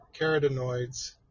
carotenoids